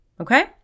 Okay